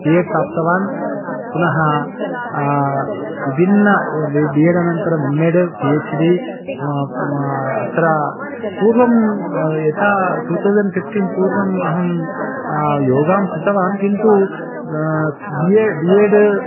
B Ed प्राप्तवान् पुनः विभिन्न बि येड् अनन्तरम् M Ed P H D अत्र पूर्वं यथा टु तौसण्ड् फ़िफ़्टीन् पूर्वम् अहं योगां कृतवान् किन्तु बि ए बि येड्